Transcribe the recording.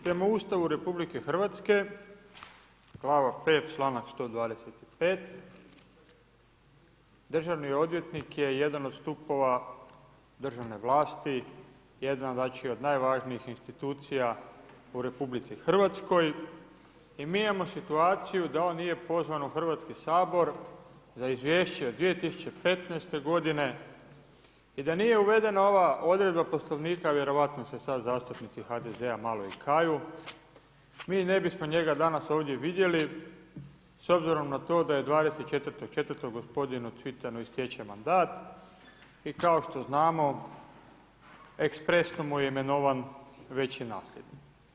Prema Ustavu RH, glava 5, članak 125. državni odvjetnik je jedan od stupova državne vlasti, jedna od najvažnijih institucija u RH i mi imamo situaciju da on nije pozvan u Hrvatski sabor za izvješće od 2015. godine i da nije uvedena ova odredba Poslovnika, vjerojatno se sad zastupnici HDZ-a malo i kaju, mi ne bismo njega danas ovdje vidjeli s obzirom na to da je 24.4. gospodinu Cvitanu istječe mandat i kao što znamo ekspresno mu je imenovan već i nasljednik.